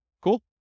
Cool